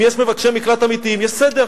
אם יש מבקשי מקלט אמיתיים, יש סדר.